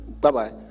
Bye-bye